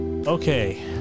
Okay